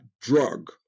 drug